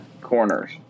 corners